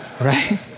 right